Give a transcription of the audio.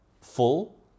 full